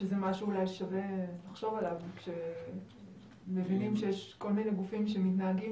זה משהו שאולי שווה לחשוב עליו כשמבינים שיש כל מיני גופים שמתנהגים